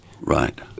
right